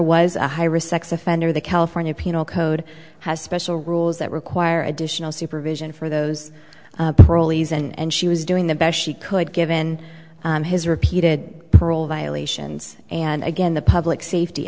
was a high risk sex offender the california penal code has special rules that require additional supervision for those and she was doing the best she could given his repeated parole violations and again the public safety